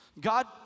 God